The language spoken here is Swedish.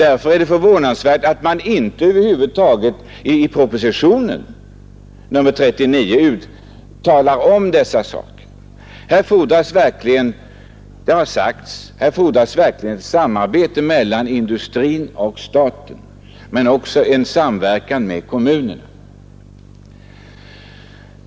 Därför är det förvånansvärt att propositionen 39 över huvud taget inte talar om dessa saker. Här fordras, som det har sagts, inte bara ett samarbete mellan industrin och staten utan också en samverkan med kommunerna.